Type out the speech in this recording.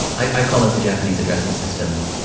and i i call it the japanese addressing system.